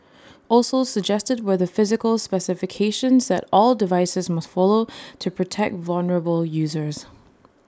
also suggested were the physical specifications that all devices must follow to protect vulnerable users